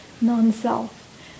non-self